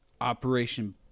Operation